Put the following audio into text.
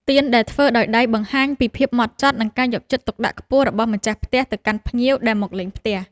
ទៀនដែលធ្វើដោយដៃបង្ហាញពីភាពម៉ត់ចត់ និងការយកចិត្តទុកដាក់ខ្ពស់របស់ម្ចាស់ផ្ទះទៅកាន់ភ្ញៀវដែលមកលេងផ្ទះ។